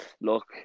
look